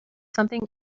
something